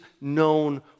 known